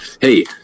hey